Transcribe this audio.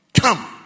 come